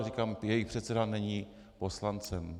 Říkám, jejich předseda není poslancem.